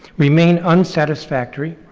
remain unsatisfactory,